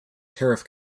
tariff